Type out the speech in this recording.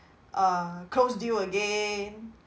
uh close deal again